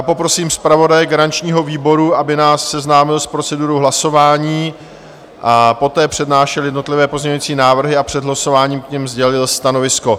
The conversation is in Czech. Poprosím zpravodaje garančního výboru, aby nás seznámil s procedurou hlasování, poté přednášel jednotlivé pozměňovací návrhy a před hlasováním k nim sdělil stanovisko.